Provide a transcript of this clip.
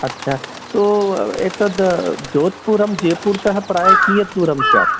अच्चा तो एतद् जोद्पुरं जेय्पूर्तः प्रायः कियत् दूरं स्यात्